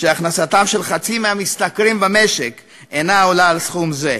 שהכנסתם של חצי מהמשתכרים במשק אינה עולה על סכום זה.